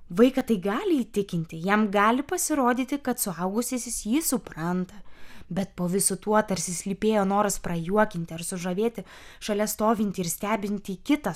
vaiką tai gali įtikinti jam gali pasirodyti kad suaugusysis jį supranta bet po visu tuo tarsi slypėjo noras prajuokinti ar sužavėti šalia stovintį ir stebintį kitą